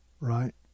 right